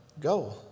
go